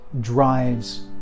drives